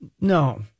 No